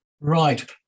right